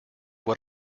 what